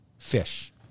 Fish